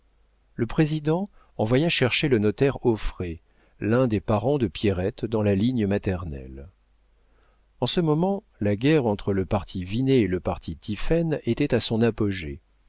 le président envoya chercher le notaire auffray l'un des parents de pierrette dans la ligne maternelle en ce moment la guerre entre le parti vinet et le parti tiphaine était à son apogée